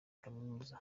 kaminuza